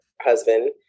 husband